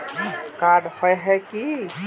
Card होय है की?